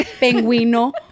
Penguino